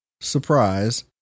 surprise